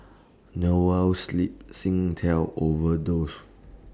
Noa Sleep Singtel Overdose